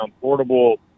portable